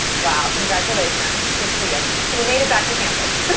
wow. congratulations. good for you. you made it back to campus.